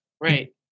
Right